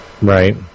Right